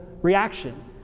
reaction